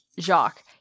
Jacques